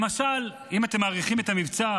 למשל, אם אתם מאריכים את המבצע